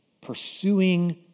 pursuing